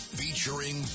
featuring